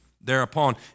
thereupon